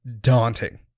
daunting